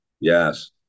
Yes